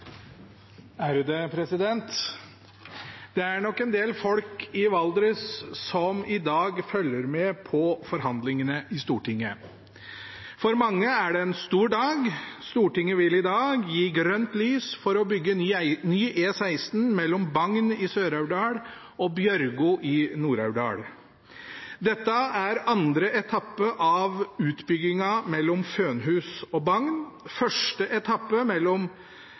Det er nok en del folk i Valdres som i dag følger med på forhandlingene i Stortinget. For mange er det en stor dag. Stortinget vil i dag gi grønt lys for å bygge ny E16 mellom Bagn i Sør-Aurdal og Bjørgo i Nord-Aurdal. Dette er andre etappe av utbyggingen mellom Fønhus og Bagn. Første etappe mellom